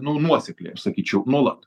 nu nuosekliai aš sakyčiau nuolat